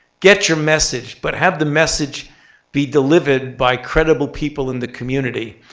get your message, but have the message be delivered by credible people in the community.